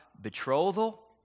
betrothal